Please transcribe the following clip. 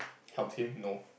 helps him no